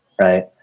right